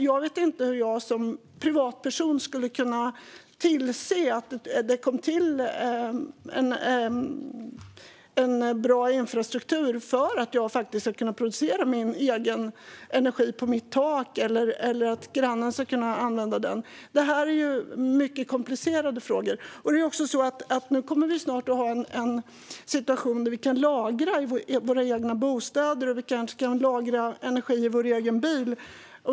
Jag vet inte hur jag som privatperson skulle kunna se till att det kom en bra infrastruktur så att jag ska kunna producera egen energi på mitt tak eller att grannen ska kunna använda den. Detta är mycket komplicerade frågor. Nu kommer vi snart att ha en situation där vi kan lagra energi i våra bostäder och kanske i vår egen bil.